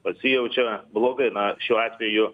pasijaučia blogai na šiuo atveju